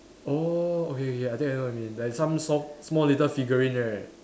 oh okay okay I think I know what you mean like some soft small little figurine right